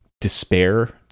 despair